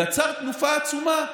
יצרה תנופה עצומה.